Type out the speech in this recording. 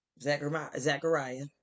Zachariah